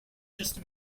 just